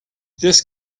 this